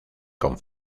con